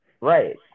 Right